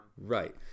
Right